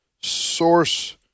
source